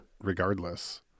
regardless